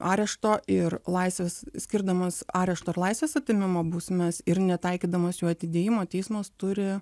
arešto ir laisvės skirdamas arešto ar laisvės atėmimo bausmes ir netaikydamas jų atidėjimo teismas turi